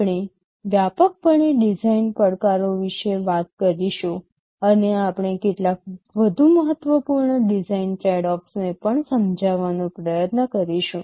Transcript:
આપણે વ્યાપકપણે ડિઝાઇન પડકારો વિશે વાત કરીશું અને આપણે કેટલાક વધુ મહત્વપૂર્ણ ડિઝાઇન ટ્રેડઓફ્સને પણ સમજવાનો પ્રયત્ન કરીશું